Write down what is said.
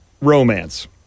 Romance